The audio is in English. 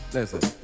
Listen